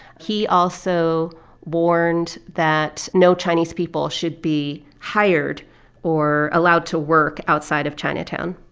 he also warned that no chinese people should be hired or allowed to work outside of chinatown